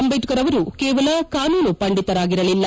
ಅಂದೇಡ್ಕರ್ ಅವರು ಕೇವಲ ಕಾನೂನು ಪಂಡಿತರಾಗಿರಲಿಲ್ಲ